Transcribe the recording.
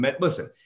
listen